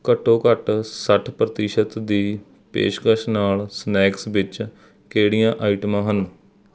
ਘੱਟੋ ਘੱਟ ਸੱਠ ਪ੍ਰਤੀਸ਼ਤ ਦੀ ਪੇਸ਼ਕਸ਼ ਨਾਲ ਸਨੈਕਸ ਵਿੱਚ ਕਿਹੜੀਆਂ ਆਈਟਮਾਂ ਹਨ